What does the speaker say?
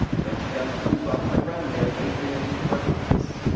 ladies and gentlemen, please welcome my friend, mayor adrian perkins.